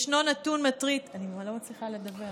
ישנו נתון מטריד, אני לא מצליחה לדבר.